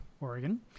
Oregon